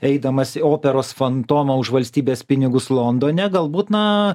eidamas į operos fantomą už valstybės pinigus londone galbūt na